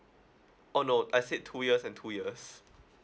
oh no I said two years and two years